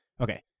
Okay